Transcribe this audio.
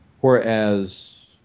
Whereas